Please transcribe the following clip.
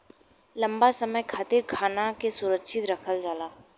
लंबा समय खातिर खाना के सुरक्षित रखल जाला